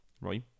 Right